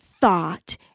thought